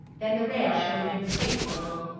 then the red showed in her face a little.